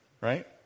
right